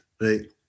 right